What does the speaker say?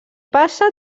passa